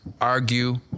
argue